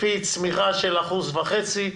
לפי צמיחה של אחוז וחצי,